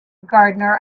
gardener